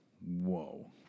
Whoa